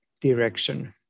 direction